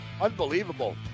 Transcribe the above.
unbelievable